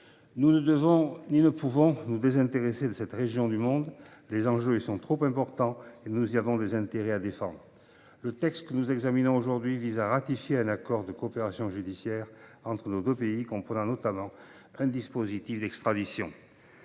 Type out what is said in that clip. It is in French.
Nous ne devons – ni ne pouvons – nous désintéresser de cette région du monde : les enjeux y sont trop importants et nous y avons des intérêts à défendre. Le texte que nous examinons vise à ratifier un accord de coopération judiciaire entre nos deux pays, comprenant notamment un dispositif d’extradition.